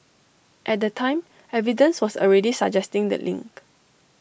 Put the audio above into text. at the time evidence was already suggesting the link